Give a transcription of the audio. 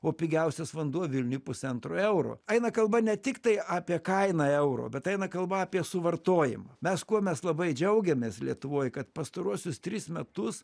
o pigiausias vanduo vilniuj pusantro euro eina kalba ne tiktai apie kainą euro bet eina kalba apie suvartojimą mes kuo mes labai džiaugiamės lietuvoj kad pastaruosius tris metus